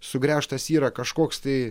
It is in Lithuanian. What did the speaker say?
sugręžtas yra kažkoks tai